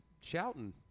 shouting